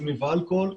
סמים ואלכוהול,